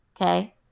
Okay